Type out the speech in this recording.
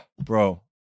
Bro